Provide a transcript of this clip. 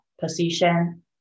position